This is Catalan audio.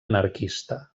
anarquista